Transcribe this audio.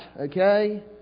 okay